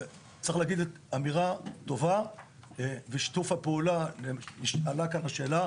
זו אמירה טובה וזה שיתוף פעולה שענה כאן לשאלה.